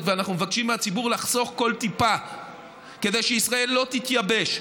ואנחנו מבקשים מהציבור לחסוך כל טיפה כדי שישראל לא תתייבש.